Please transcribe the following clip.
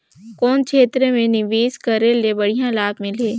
कौन क्षेत्र मे निवेश करे ले बढ़िया लाभ मिलही?